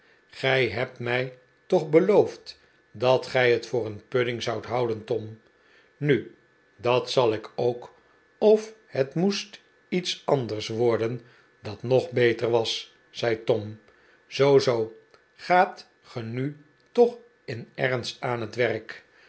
gij hebt mij toch beloofd dat gij het voor een pudding zoudt holiden tom nu dat zal ik ook of het moest iets anders worden dat nog beter was zei tom zoo zoo gaat ge nu toch in ernst aan het werk